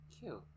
Cute